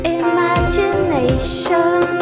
imagination